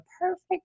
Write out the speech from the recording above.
perfect